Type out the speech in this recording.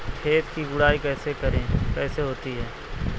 खेत की गुड़ाई कैसे होती हैं?